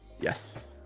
Yes